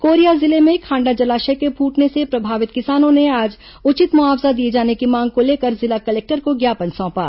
Korea जिले में खांडा जलाशय के फूटने से प्रभावित किसानों ने आज उचित मुआवजा दिए जाने की मांग को लेकर जिला कलेक्टर को ज्ञापन सौंपा